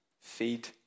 Feed